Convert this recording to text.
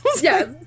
yes